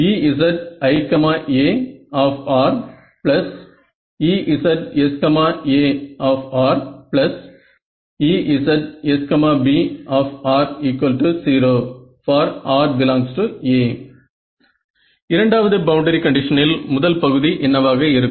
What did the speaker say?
EziAEzsA EzsB 0 for rA இரண்டாவது boundary கண்டிஷனில் முதல் பகுதி என்னவாக இருக்கும்